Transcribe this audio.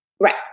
Right